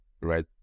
right